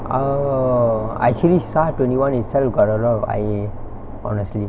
oh actually S_A_R twenty one itself got a lot of I_A honestly